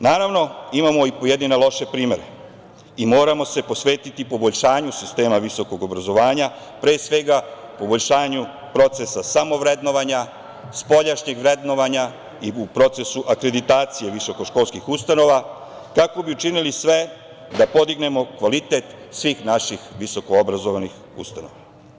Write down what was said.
Naravno, imamo i pojedine loše primere i moramo se posvetiti poboljšanju sistem visokog obrazovanja pre svega poboljšanju procesa samovrednovanja, spoljašnjeg vrednovanja i u procesu akreditacije visokoškolskih ustanova kako bu učinili sve da podignemo kvalitet svih naših visokoobrazovnih ustanova.